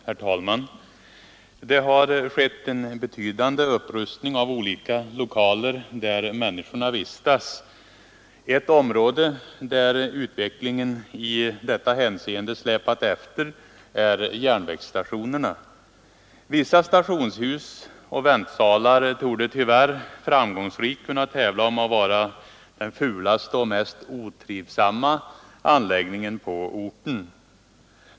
Herr talman! Det har skett en betydande upprustning av olika lokaler där människorna vistas. Ett område där utvecklingen i detta hänseende släpat efter är järnvägsstationerna. Vissa stationshus och väntsalar torde tyvärr framgångsrikt kunna tävla om att vara den fulaste och mest otrivsamma anläggningen på sina respektive orter.